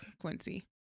Quincy